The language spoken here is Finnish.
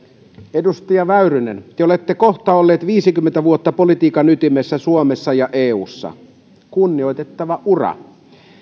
edustaja väyrynen te te olette kohta ollut viisikymmentä vuotta politiikan ytimessä suomessa ja eussa kunnioitettava ura